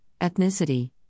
ethnicity